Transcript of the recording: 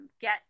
get